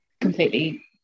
completely